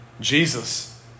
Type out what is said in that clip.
Jesus